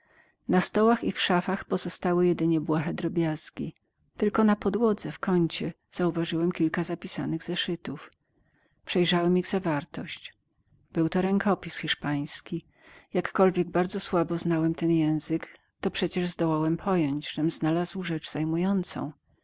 na stołach i w szafach pozostały jedynie błahe drobiazgi tylko na podłodze w kącie zauważyłem kilka zapisanych zeszytów przejrzałem ich zawartość był to rękopis hiszpański jakkolwiek bardzo słabo znałem ten język to przecież zdołałem pojąć żem znalazł rzecz zajmującą